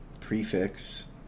prefix